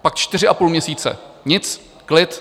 Pak čtyři a půl měsíce nic, klid.